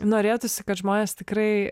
norėtųsi kad žmonės tikrai